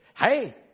Hey